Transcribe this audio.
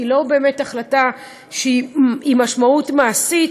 היא לא באמת החלטה עם משמעות מעשית.